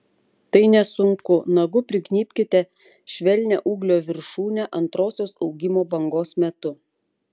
tai nesunku nagu prignybkite švelnią ūglio viršūnę antrosios augimo bangos metu